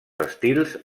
estils